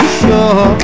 sure